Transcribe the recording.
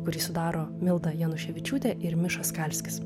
kurį sudaro milda januševičiūtė ir miša skalskis